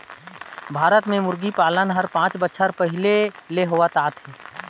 भारत में मुरगी पालन हर पांच बच्छर पहिले ले होवत आत हे